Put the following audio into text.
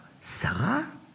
Sarah